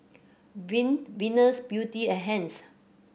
Viu Venus Beauty and Heinz